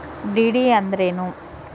DD ಅಂದ್ರೇನು?